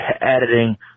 editing